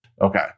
Okay